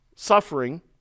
suffering